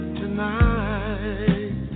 tonight